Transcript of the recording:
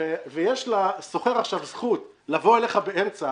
ויש עכשיו לשוכר זכות לבוא אליך באמצע